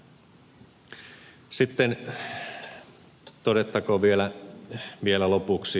sitten todettakoon vielä lopuksi